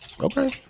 Okay